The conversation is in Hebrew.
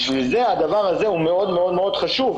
לכן הדבר הזה הוא מאוד מאוד חשוב,